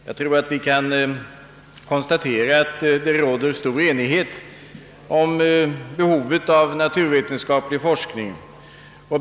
Herr talman! Det råder stor enighet om behovet och betydelsen av naturvetenskaplig forskning.